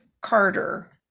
Carter